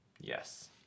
Yes